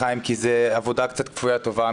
הוא עבודה קצת כפויית טובה.